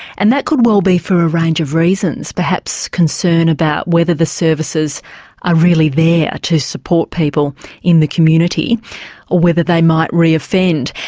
and that could well be for a range of reasons perhaps concern about whether the services are really there ah to support people in the community, or whether they might reoffend.